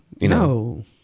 No